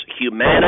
humanity